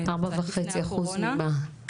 4.5% ממה?